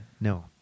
No